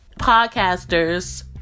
podcasters